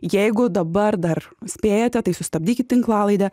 jeigu dabar dar spėjate tai sustabdykit tinklalaidę